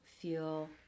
feel